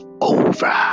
over